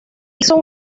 hizo